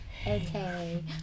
Okay